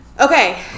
Okay